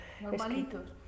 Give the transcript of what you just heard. Normalitos